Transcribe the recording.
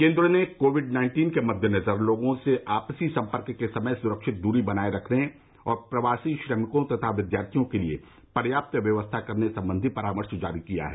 केंद्र ने covid nineteen के मद्देनजर लोगों से आपसी संपर्क के समय सुरक्षित दूरी बनाए रखने और प्रवासी श्रमिकों तथा विद्यार्थियों के लिए पर्याप्त व्यवस्था करने संबंधी परामर्श जारी किया है